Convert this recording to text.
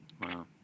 Wow